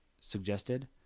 Suggested